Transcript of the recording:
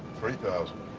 three thousand.